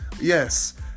Yes